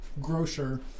grocer